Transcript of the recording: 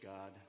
God